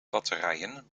batterijen